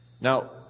Now